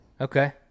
Okay